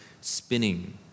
spinning